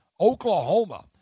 Oklahoma